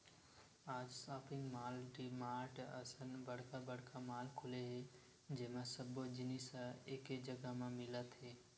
आज shopping mall, DMart असन बड़का बड़का मॉल खुले हे जेमा सब्बो जिनिस ह एके जघा म मिलत हे